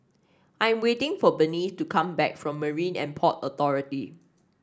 I'm waiting for Berniece to come back from Marine And Port Authority